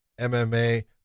MMA